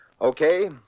Okay